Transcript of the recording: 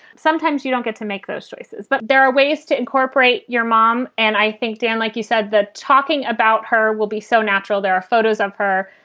sometimes you don't get to make those choices. but there are ways to incorporate your mom. and i think, dan, like you said, that talking about her will be so natural. there are photos of her.